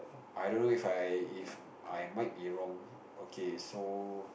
I don't know If I If I might be wrong okay so